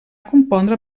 compondre